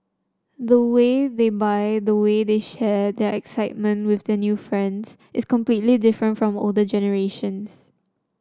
the way they buy the way they share their excitement with their new friends is completely different from older generations